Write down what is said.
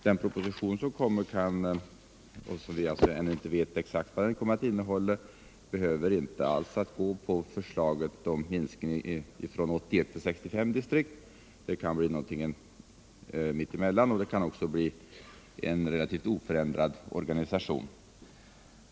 Den proposition som skall framläggas, vars innehåll vi ännu inte riktigt känner till, behöver inte alls anstuta sig till förslaget om minskning från 81 och 65 distrikt. Det kan bli någonting mitt emellan, och det kan också bli en relativt oförändrad organisation.